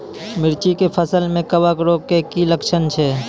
मिर्ची के फसल मे कवक रोग के की लक्छण छै?